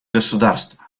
государство